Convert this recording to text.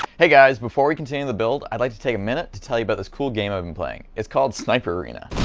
hey guys! before we continue the build i'd like to take a minute to tell you about this cool game i've been playing! it's called sniper arena!